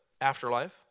afterlife